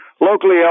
Locally